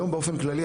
היום באופן כללי,